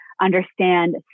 understand